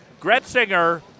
Gretzinger